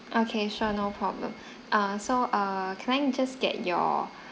okay sure no problem err so err can I just get your